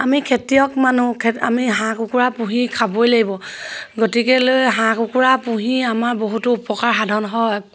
আমি খেতিয়ক মানুহ খে আমি হাঁহ কুকুৰা পুহি খাবই লাগিব গতিকেলৈ হাঁহ কুকুৰা পুহি আমাৰ বহুতো উপকাৰ সাধন হয়